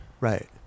Right